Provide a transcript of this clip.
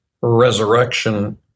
resurrection